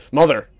Mother